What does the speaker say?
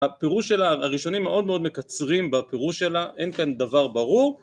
הפירוש שלה... הראשונים מאוד מאוד מקצרים בפירוש שלה, אין כאן דבר ברור.